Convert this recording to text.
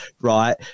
Right